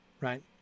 right